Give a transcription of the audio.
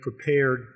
prepared